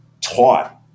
taught